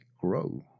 grow